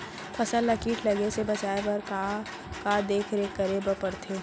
फसल ला किट लगे से बचाए बर, का का देखरेख करे बर परथे?